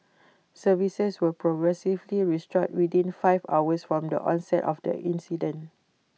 services were progressively restored within five hours from the onset of the incident